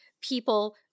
people